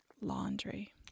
Laundry